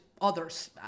others